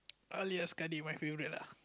my favourite lah